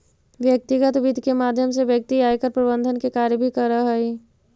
व्यक्तिगत वित्त के माध्यम से व्यक्ति आयकर प्रबंधन के कार्य भी करऽ हइ